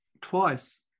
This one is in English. twice